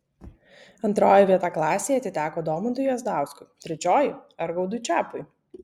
antroji vieta klasėje atiteko domantui jazdauskui trečioji argaudui čepui